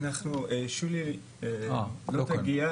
שולי לא תגיע,